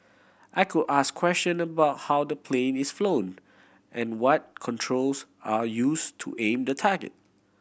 I could ask question about how the plane is flown and what controls are use to aim the target